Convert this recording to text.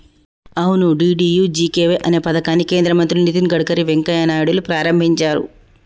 అవును డి.డి.యు.జి.కే.వై అనే పథకాన్ని కేంద్ర మంత్రులు నితిన్ గడ్కర్ వెంకయ్య నాయుడులు ప్రారంభించారు